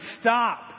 stop